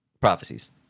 prophecies